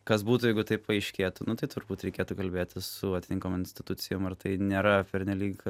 kas būtų jeigu tai paaiškėtų nu tai turbūt reikėtų kalbėtis su atitinkamom institucijom ar tai nėra pernelyg